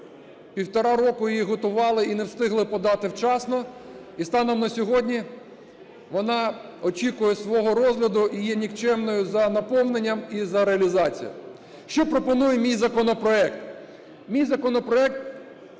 Півтора року її готували і не встигли подати вчасно. І станом на сьогодні вона очікує свого розгляду і є нікчемною за наповненням і за реалізацією. Що пропонує мій законопроект?